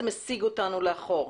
זה מסיג אותנו לאחור?